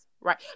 right